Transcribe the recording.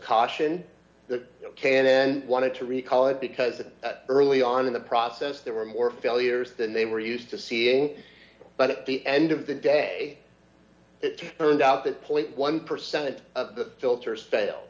then want to recall it because it early on in the process there were more failures than they were used to seeing but at the end of the day it turned out that point one percent of the filters fail